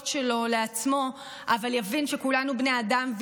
שלו לעצמו אבל יבין שכולנו בני אדם,